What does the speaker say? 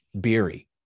Beery